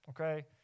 Okay